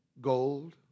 gold